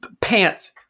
Pants